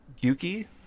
Yuki